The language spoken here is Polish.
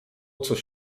coś